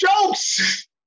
jokes